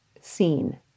seen